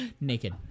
Naked